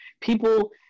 People